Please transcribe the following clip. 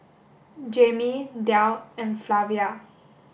Jaimie Delle and Flavia